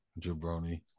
jabroni